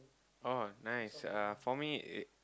oh nice uh for me it